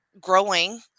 growing